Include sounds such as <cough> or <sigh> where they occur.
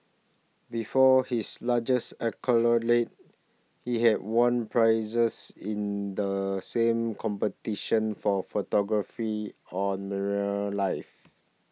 before his largest <unintelligible> he had won prizes in the same competition for photography on marine life